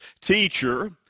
teacher